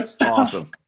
Awesome